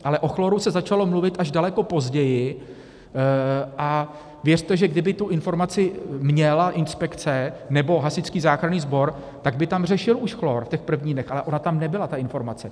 Ale o chlóru se začalo mluvit až daleko později, a věřte, že kdyby tu informaci měla inspekce nebo Hasičský záchranný sbor, tak by tam řešil už chlór v těch prvních dnech, ale ona tam nebyla ta informace.